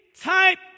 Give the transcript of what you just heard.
type